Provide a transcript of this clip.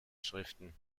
schriften